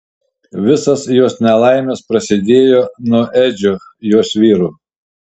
visos jos nelaimės prasidėjo nuo edžio jos vyro